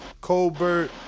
Colbert